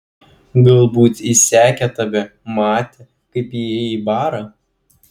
galbūt jis sekė tave matė kaip įėjai į barą